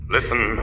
Listen